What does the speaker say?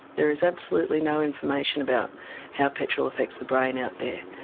there is absolutely no information about how petrol affects the brain out there.